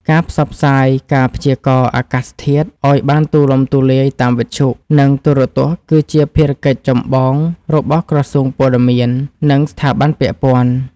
ការផ្សព្វផ្សាយការព្យាករណ៍អាកាសធាតុឱ្យបានទូលំទូលាយតាមវិទ្យុ និងទូរទស្សន៍គឺជាភារកិច្ចចម្បងរបស់ក្រសួងព័ត៌មាន និងស្ថាប័នពាក់ព័ន្ធ។